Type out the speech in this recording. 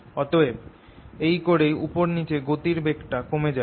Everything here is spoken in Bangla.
অতএব এই করেই উপর নিচে গতির বেগটা কমে যায়